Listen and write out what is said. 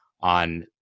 on